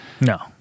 no